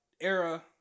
era